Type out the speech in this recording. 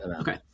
okay